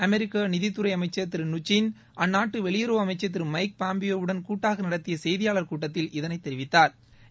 அமெரிக்க நிதி துறை அமைச்சர் திரு ம்நுச்சின் அந்நாட்டு வெளியுறவு அமைச்சர் திரு மைக் பாம்பியோவுடன் கூட்டாக நடத்திய செய்தியாளர் கூட்டத்தில் இதனை தெரிவித்தாா்